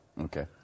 Okay